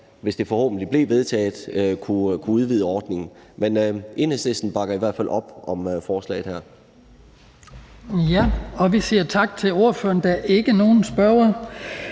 hvis det så forhåbentlig blev vedtaget, kunne udvide ordningen. Men Enhedslisten bakker i hvert fald op om forslaget her. Kl. 19:38 Den fg. formand (Hans